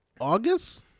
August